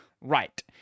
Right